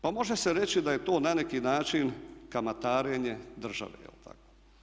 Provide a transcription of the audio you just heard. Pa može se reći da je to na neki način kamatarenje države je li tako.